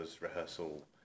rehearsal